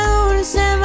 dulce